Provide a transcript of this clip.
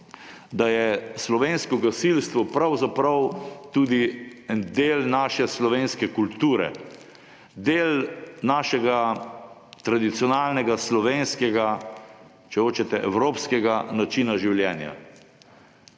da je slovensko gasilstvo pravzaprav tudi en del naše slovenske kulture, del našega tradicionalnega slovenskega, če hočete evropskega, načina življenja.